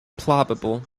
palpable